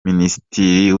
minisitiri